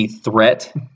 threat